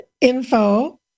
Info